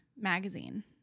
magazine